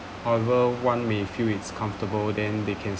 other one may feel it's comfortable then they can